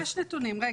יש נתונים, רגע.